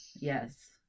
Yes